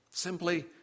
simply